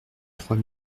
trois